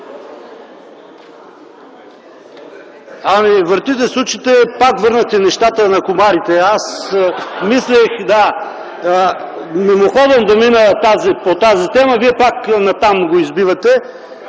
Ами, въртите, сучете – пак върнахте нещата на комарите. (Смях.) Аз мислих мимоходом да мина по тази тема, вие пак натам го избивате.